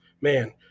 man